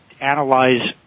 Analyze